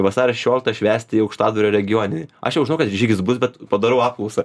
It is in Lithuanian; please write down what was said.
vasario šešioliktą švęsti į aukštadvario regioninį aš jau žinau kad žygis bus bet padarau apklausą